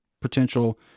potential